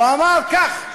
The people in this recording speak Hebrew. הוא אמר כך,